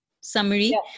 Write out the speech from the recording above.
summary